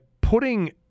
putting